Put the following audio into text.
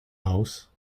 house